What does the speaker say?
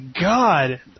God